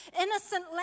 innocent